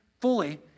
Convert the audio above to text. fully